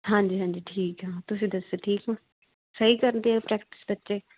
ਹਾਂਜੀ ਹਾਂਜੀ ਠੀਕ ਆ ਤੁਸੀਂ ਦੱਸੋ ਠੀਕ ਹੋ ਸਹੀ ਕਰਦੇ ਆ ਪ੍ਰੈਕਟਿਸ ਬੱਚੇ